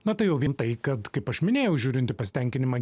na tai jau vien tai kad kaip aš minėjau žiūrint į pasitenkinimą